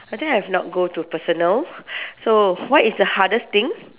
I think I've not go to personal so what is the hardest thing